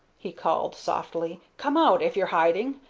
he called, softly come out, if you're hiding,